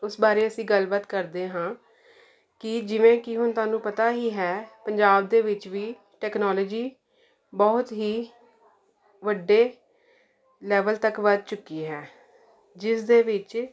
ਉਸ ਬਾਰੇ ਅਸੀਂ ਗੱਲਬਾਤ ਕਰਦੇ ਹਾਂ ਕਿ ਜਿਵੇਂ ਕਿ ਹੁਣ ਤੁਹਾਨੂੰ ਪਤਾ ਹੀ ਹੈ ਪੰਜਾਬ ਦੇ ਵਿੱਚ ਵੀ ਟੈਕਨੋਲੋਜੀ ਬਹੁਤ ਹੀ ਵੱਡੇ ਲੈਵਲ ਤੱਕ ਵੱਧ ਚੁੱਕੀ ਹੈ ਜਿਸ ਦੇ ਵਿੱਚ